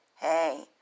Hey